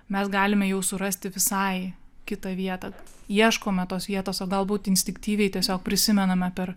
mes galime jau surasti visai kitą vietą ieškome tos vietos o galbūt instinktyviai tiesiog prisimename per